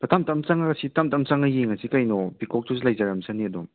ꯇꯝꯇꯝ ꯆꯪꯉꯒ ꯁꯤ ꯇꯝꯇꯝ ꯆꯪꯉꯒ ꯌꯦꯡꯉꯁꯤ ꯀꯩꯅꯣ ꯄꯤꯀꯣꯛꯇꯨꯁꯨ ꯂꯩꯖꯔꯝꯁꯅꯤ ꯑꯗꯨꯝ